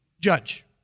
Judge